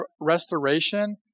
restoration